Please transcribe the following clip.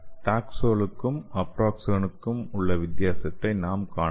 டாக்ஸோலுக்கும் அப்ராக்ஸேனுக்கும் உள்ள வித்தியாசத்தை நாம் காணலாம்